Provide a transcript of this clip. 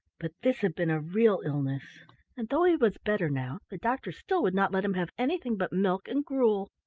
but this had been a real illness, and though he was better now, the doctor still would not let him have anything but milk and gruel.